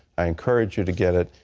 i encourage you to get it.